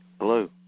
Hello